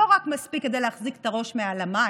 לא רק מספיק כדי להחזיק את הראש מעל המים,